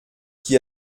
qui